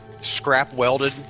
scrap-welded